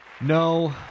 No